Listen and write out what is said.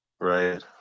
Right